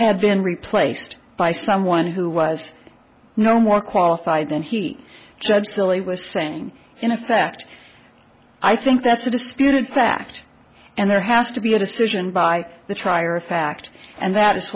had been replaced by someone who was no more qualified than he judge silly was saying in effect i think that's a dispute in fact and there has to be a decision by the trier of fact and that is